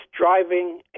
driving